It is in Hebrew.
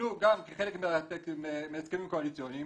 כחלק מההסכמים הקואליציוניים